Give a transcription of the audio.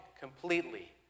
completely